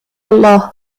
الله